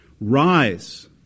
rise